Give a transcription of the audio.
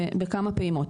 בכמה פעימות.